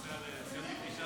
סעיפים 1